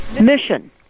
Mission